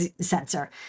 sensor